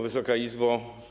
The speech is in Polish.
Wysoka Izbo!